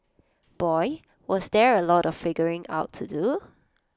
boy was there A lot of figuring out to do